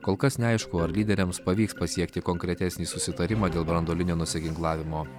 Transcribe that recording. kol kas neaišku ar lyderiams pavyks pasiekti konkretesnį susitarimą dėl branduolinio nusiginklavimo